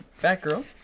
Batgirl